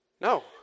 No